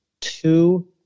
two